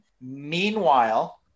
Meanwhile